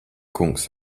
kungs